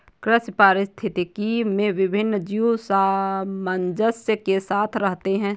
कृषि पारिस्थितिकी में विभिन्न जीव सामंजस्य के साथ रहते हैं